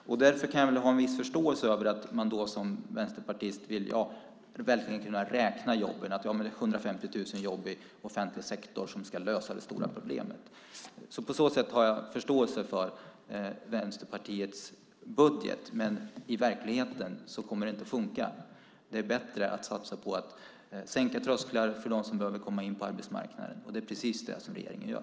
Jag kan därför ha en viss förståelse för att man som vänsterpartist verkligen vill kunna räkna jobben och säga att det är 150 000 jobb i offentlig sektor som ska lösa det stora problemet. På så sätt har jag förståelse för Vänsterpartiets budget, men det kommer inte att funka i verkligheten. Det är bättre att satsa på att sänka trösklar för dem som behöver komma in på arbetsmarknaden, och det är precis det regeringen gör.